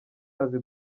azi